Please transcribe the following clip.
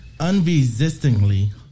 Unresistingly